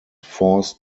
forced